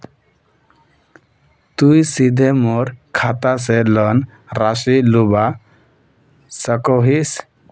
तुई सीधे मोर खाता से लोन राशि लुबा सकोहिस?